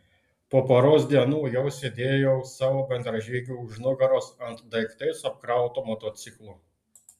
po poros dienų jau sėdėjau savo bendražygiui už nugaros ant daiktais apkrauto motociklo